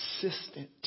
consistent